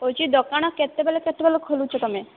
କହୁଛି ଦୋକାଣ କେତେବେଲେ କେତେବେଲ ଖୋଲୁଛ ତୁମେ